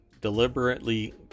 deliberately